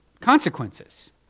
consequences